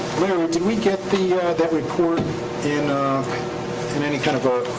larry, did we get that report in in any kind of a.